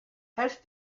helft